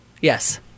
Yes